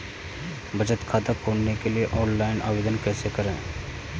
बचत खाता खोलने के लिए ऑनलाइन आवेदन कैसे करें?